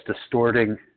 distorting